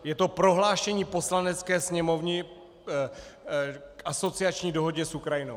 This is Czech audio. Je to prohlášení Poslanecké sněmovny k asociační dohodě s Ukrajinou.